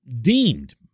deemed